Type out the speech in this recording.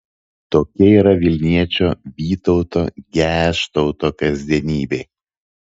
tokia yra vilniečio vytauto geštauto kasdienybė